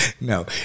No